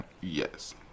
Yes